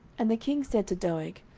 and the king said to doeg,